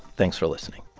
thanks for listening